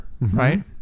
right